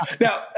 Now